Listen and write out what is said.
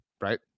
right